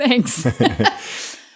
thanks